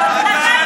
עם מי אתה?